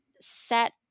set